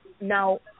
Now